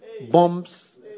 bombs